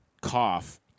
cough